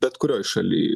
bet kurioj šaly